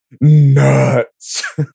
nuts